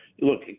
Look